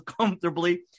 comfortably